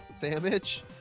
damage